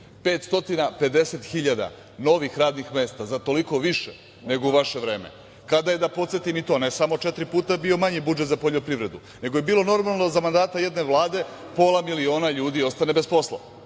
hiljada novih radnih mesta, za toliko više nego u vaše vreme, kada je, da podsetim i to ne samo četiri puta bio manji budžet za poljoprivredu nego je bilo normalno za mandata jedne vlade pola miliona ljudi ostane bez posla